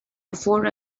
before